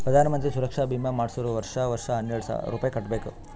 ಪ್ರಧಾನ್ ಮಂತ್ರಿ ಸುರಕ್ಷಾ ಭೀಮಾ ಮಾಡ್ಸುರ್ ವರ್ಷಾ ವರ್ಷಾ ಹನ್ನೆರೆಡ್ ರೂಪೆ ಕಟ್ಬಬೇಕ್